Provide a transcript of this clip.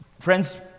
Friends